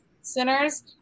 centers